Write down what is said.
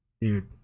dude